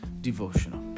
devotional